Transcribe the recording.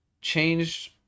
changed